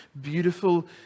beautiful